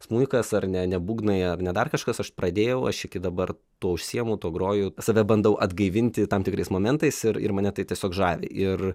smuikas ar ne ne būgnai ar ne dar kažkas aš pradėjau aš iki dabar tuo užsiimu tuo groju save bandau atgaivinti tam tikrais momentais ir ir mane tai tiesiog žavi ir